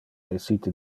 essite